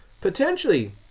Potentially